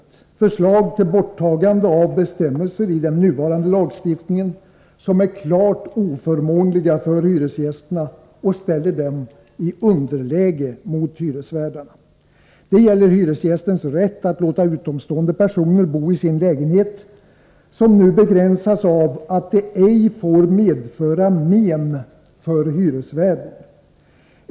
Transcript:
Det är förslaget till borttagande av bestämmelser i den nuvarande lagstiftningen som är klart oförmånliga för hyresgästerna och ställer dem i ett underläge gentemot hyresvärdarna. Det gäller hyresgästens rätt att låta utomstående personer bo i sin lägenhet. Den rätten begränsas nu av att det ej får ”medföra men för hyresvärden”.